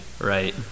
right